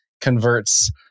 converts